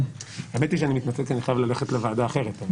האמת היא שאני מתנצל כי אני חייב ללכת לוועדה אחרת.